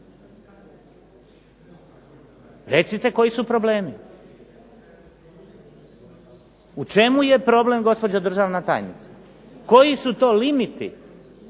Recite koji su problemi. U čemu je problem gospođo državna tajnice? Koji su to limiti?